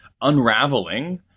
unraveling